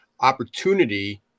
opportunity